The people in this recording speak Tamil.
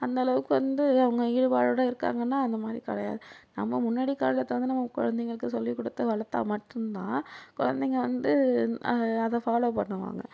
அந்தளவுக்கு வந்து அவங்க ஈடுபாடோட இருக்காங்கன்னா அந்த மாதிரி கிடையாது நம்ம முன்னாடி காலத்தை வந்து நம்ம குழந்தைங்களுக்கு சொல்லிக் கொடுத்து வளர்த்தா மட்டும்தான் குழந்தைங்க வந்து அதை ஃபாலோ பண்ணுவாங்க